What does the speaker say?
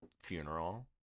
funeral